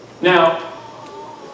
Now